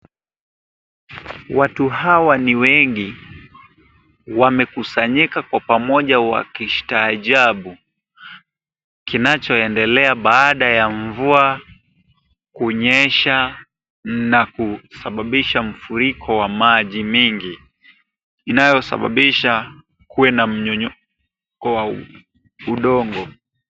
Watu hawa ni wengi. Wamekusanyika kwa pamoja wakistaajabu kinachoendelea baada ya mvua kunyesha na kusababisha mfuriko wa maji mingi inayosababisha kuwe na mmomonyoko wa udongo.